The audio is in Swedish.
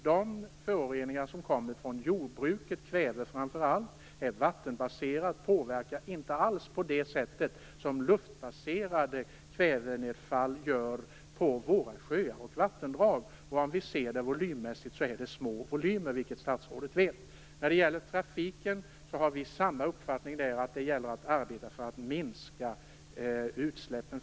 De föroreningar som kommer från jordbruket, framför allt kväve, är vattenbaserade och har inte alls samma påverkan som luftbaserade kvävenedfall på våra sjöar och vattendrag. Volymmässigt rör det sig också om små volymer, vilket statsrådet vet. I fråga om trafiken har vi samma uppfattning, nämligen att det gäller att minska utsläppen.